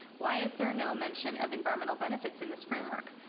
why is there no mention of environmental benefits in this framework.